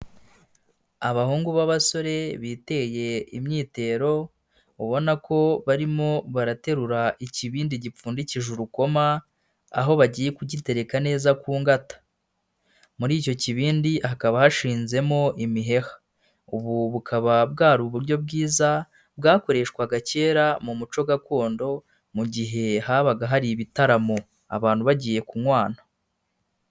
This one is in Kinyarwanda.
Abahungu b'abasore biteye imyitero ubona ko barimo baraterura ikibindi gipfundikije urukoma aho bagiye kugitereka neza ku ngata, muri icyo kibindi hakaba hashinzemo imiheha ubu bukaba bwari uburyo bwiza bwakoreshwaga kera mu muco gakondo mu gihe habaga hari ibitaramo abantu bagiye kunywana